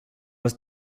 was